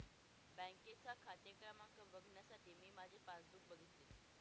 बँकेचा खाते क्रमांक बघण्यासाठी मी माझे पासबुक बघितले